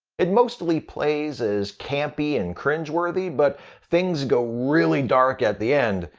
it mostly plays as campy and cringe-worthy, but things go really dark at the end,